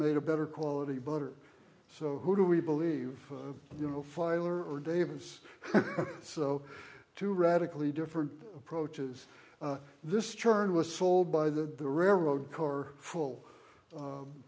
made a better quality butter so who do we believe you know feiler or davis so two radically different approaches this churn was sold by the railroad car full